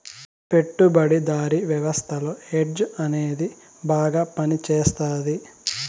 పెట్టుబడిదారీ వ్యవస్థలో హెడ్జ్ అనేది బాగా పనిచేస్తది